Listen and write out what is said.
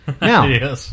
Now